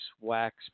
wax